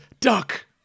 duck